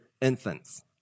infants